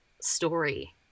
story